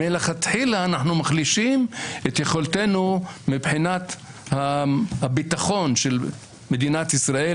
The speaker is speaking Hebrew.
מלכתחילה אנחנו מחלישים את יכולתנו מבחינת הביטחון של מדינת ישראל,